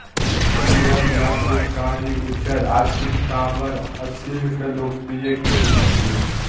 पीयर, याकूब, कारी, उज्जर आ चितकाबर असील के लोकप्रिय किस्म छियै